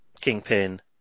Kingpin